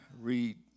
Read